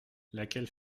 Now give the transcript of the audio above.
laquelle